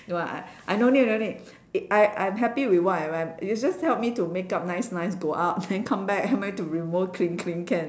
no I I I no need no need I I'm happy with what I am you just help me to makeup nice nice go out then come back help to remove clean clean can